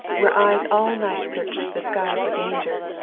where eyes all night searched the sky for danger,